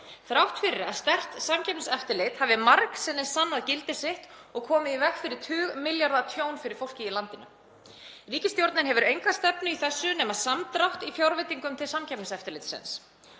þrátt fyrir að sterkt samkeppniseftirlit hafi margsinnis sannað gildi sitt og komið í veg fyrir tugmilljarða tjón fyrir fólkið í landinu. Ríkisstjórnin hefur enga stefnu í þessu nema samdrátt í fjárveitingum til Samkeppniseftirlitsins.